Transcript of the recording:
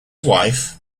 wife